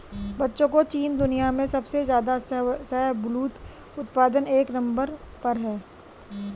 बच्चों चीन दुनिया में सबसे ज्यादा शाहबूलत उत्पादन में नंबर एक पर है